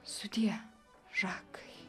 sudie žakai